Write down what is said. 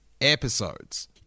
episodes